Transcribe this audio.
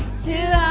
to